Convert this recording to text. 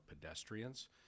pedestrians